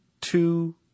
two